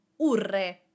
-urre